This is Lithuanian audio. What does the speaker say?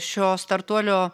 šio startuolio